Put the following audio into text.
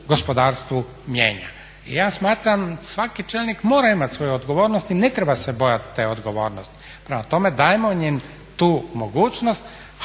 gospodarstvu mijenja. I ja smatram svaki čelnik mora imati svoju odgovornost i ne treba se bojati te odgovornosti. Prema tome, dajemo im tu mogućnost